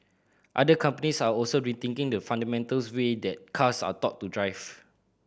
other companies are also rethinking the fundamentals way that cars are taught to drive